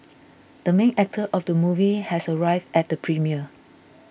the main actor of the movie has arrived at the premiere